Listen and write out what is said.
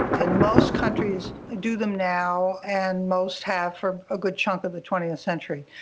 and most countries do them now and most have for a good chunk of the twentieth century.